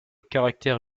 caractère